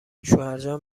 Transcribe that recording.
شوهرجان